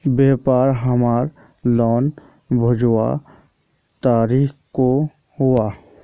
व्यापार हमार लोन भेजुआ तारीख को हुआ?